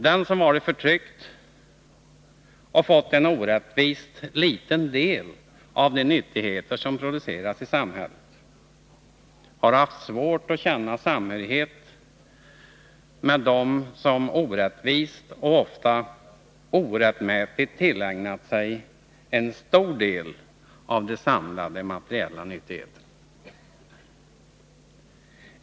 Den som har varit förtryckt och fått en orättvist liten del av de nyttigheter som produceras i samhället har haft svårt att känna samhörighet med dem som orättvist och ofta orättmätigt har tillägnat sig en stor del av de samlade materiella nyttigheterna.